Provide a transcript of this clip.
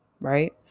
right